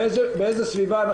באיזה סביבה,